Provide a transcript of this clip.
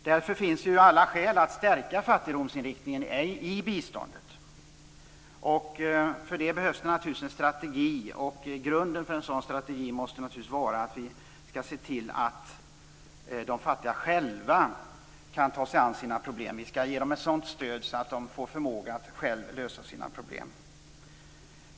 Därför finns det alla skäl att stärka fattigdomsbekämpningen i biståndet. För detta behövs naturligtvis en strategi. Grunden för en sådan strategi måste naturligtvis vara att vi skall se till att de fattiga själva kan ta sig an sina problem. Vi skall ge dem ett sådant stöd att de får förmågan att själva lösa sina problem.